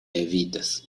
evitas